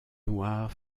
noir